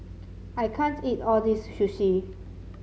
I can't eat all this Sushi